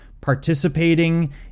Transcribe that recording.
participating